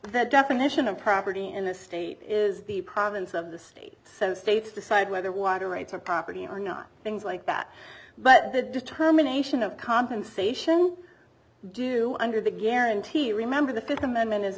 definition of property in the state is the province of the state so states decide whether water rights of property or not things like that but the determination of compensation you do under the guarantee remember the fifth amendment is a